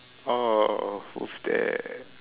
orh who's there